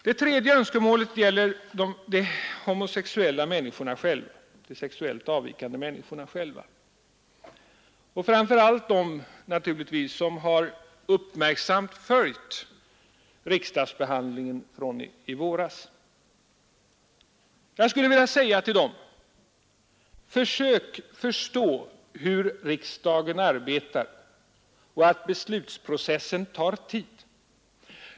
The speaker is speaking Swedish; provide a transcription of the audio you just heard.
Det tredje önskemålet gäller de sexuellt avvikande människorna själva och naturligtvis framför allt dem som med uppmärksamhet har följt riksdagsbehandlingen från i våras. Jag skulle vilja säga till dem: Försök förstå hur riksdagen arbetar och att beslutsprocessen tar tid.